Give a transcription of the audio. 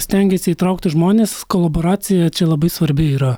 stengiasi įtraukti žmones kolaboracija čia labai svarbi yra